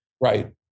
Right